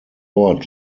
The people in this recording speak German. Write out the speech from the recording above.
ort